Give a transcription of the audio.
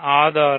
ஆதாரம்